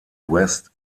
west